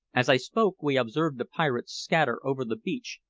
as i spoke, we observed the pirates scatter over the beach,